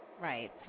Right